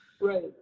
Right